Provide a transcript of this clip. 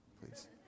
Please